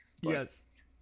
Yes